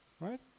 right